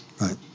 Right